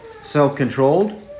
self-controlled